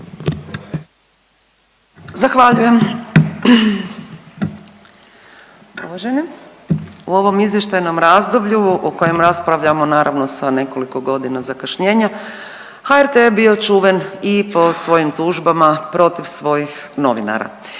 Zahvaljujem. Uvaženi. U ovom izvještajnom razdoblju o kojem raspravljamo naravno sa nekoliko godina zakašnjenja, HRT je bio čuven i po svojim tužbama protiv svojih novinara.